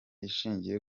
ishingiye